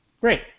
Great